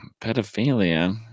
pedophilia